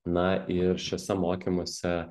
na ir šiuose mokymuose